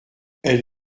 elle